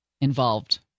involved